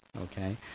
Okay